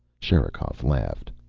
sherikov laughed.